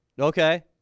Okay